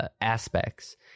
aspects